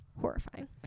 Horrifying